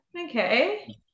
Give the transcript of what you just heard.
okay